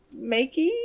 makey